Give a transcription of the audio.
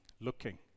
looking